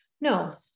no